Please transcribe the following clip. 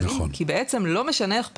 כי בעצם לא משנה איך פנית,